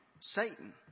Satan